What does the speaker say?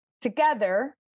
together